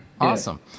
awesome